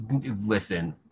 listen